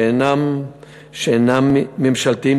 שאינם ממשלתיים,